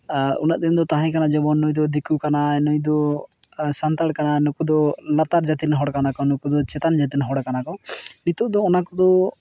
ᱩᱱᱟᱹᱜ ᱫᱤᱱ ᱫᱚ ᱛᱟᱦᱮᱸᱠᱟᱱᱟ ᱡᱮᱢᱚᱱ ᱱᱩᱭ ᱫᱚ ᱫᱤᱠᱩ ᱠᱟᱱᱟᱭ ᱱᱩᱭ ᱫᱚ ᱥᱟᱱᱛᱟᱲ ᱠᱟᱱᱟᱭ ᱱᱩᱠᱩ ᱫᱚ ᱞᱟᱛᱟᱨ ᱡᱟᱹᱛᱤ ᱨᱮᱱ ᱦᱚᱲ ᱠᱟᱱᱟ ᱠᱚ ᱱᱩᱠᱩ ᱫᱚ ᱪᱮᱛᱟᱱ ᱡᱟᱹᱛᱤ ᱨᱮᱱ ᱦᱚᱲᱠᱟᱱᱟ ᱠᱚ ᱱᱤᱛᱳᱜ ᱫᱚ ᱚᱱᱟ ᱠᱚᱫᱚ